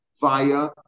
via